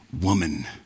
woman